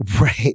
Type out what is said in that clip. Right